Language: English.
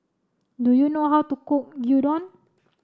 do you know how to cook Gyudon